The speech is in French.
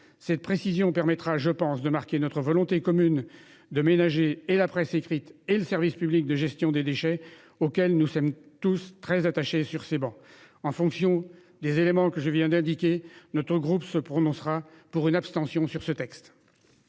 Cette précision permettra de marquer notre volonté commune de ménager, à la fois, la presse écrite et le service public de gestion des déchets, auquel nous sommes tous très attachés sur ces travées. En raison des éléments que je viens d'indiquer, notre groupe s'abstiendra sur ce texte.